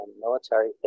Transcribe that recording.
Military